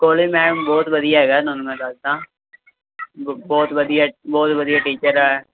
college ma'am ਬਹੁਤ ਵਧੀਆ ਹੈਗਾ ਤੁਹਾਨੂੰ ਮੈਂ ਦੱਸਦਾ ਬ ਬਹੁਤ ਵਧੀਆ ਬਹੁਤ ਵਧੀਆ ਟੀਚਰ ਆ